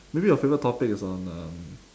maybe your favourite topics on um